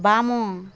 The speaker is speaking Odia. ବାମ